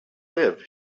live